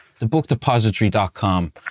thebookdepository.com